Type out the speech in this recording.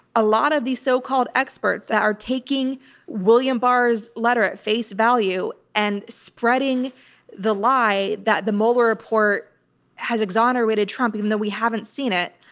a lot of these so called experts that are taking william barr's letter at face value and spreading the lie that the mueller report has exonerated trump, even though we haven't haven't seen it,